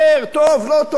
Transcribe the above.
טוב, לא טוב, בונים.